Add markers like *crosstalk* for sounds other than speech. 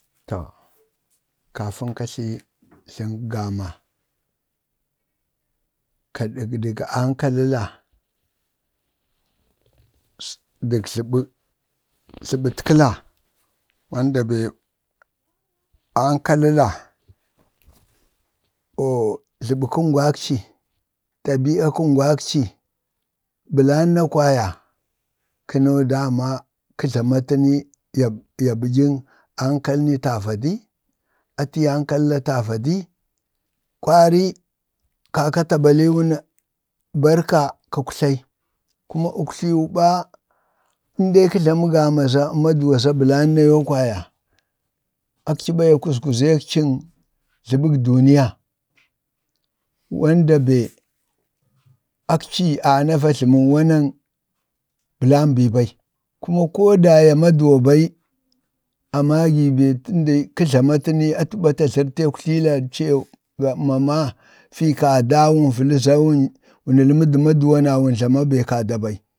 to, kafəŋ ka tlii ii jləməg-gama ka ɗuɗugwaŋ dək jlaɓətkala. yanda bee ankal ləla *noise* oo, jlaɓək kuŋgwakci, ɗabiaak kuŋgwakci blanna kwaya, konoo dama kə jlama təni ya ya bəɗyəg ankal ni ta vadi, atiyii ankal-la ta vadi, kwari kaka ta balil-wun barkak-kuktlal kuma uktlii wi ɓa ən dee ka jlamə gama zaa maduwa za blama yoo kwaya akci ɓa ya kuzguzək ciŋ jlabək duniya wanda bee a kci va na vajlaŋ wana blambii bai. kuma amagi bee əndee ka jlamata ni, ata ɓa ata jlərteek akjiliifa mama fii kada wun vala za wunnəl mədu maduwa na nun jlama bee kada bai,